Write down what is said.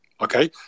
Okay